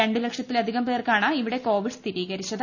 രണ്ട് ലക്ഷത്തിലധികം പേർക്കാണ് ഇവിടെ കോവിഡ് സ്ഥിരീകരിച്ചത്